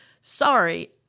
sorry